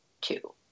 two